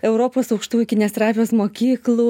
europos aukštųjų kineziterapijos mokyklų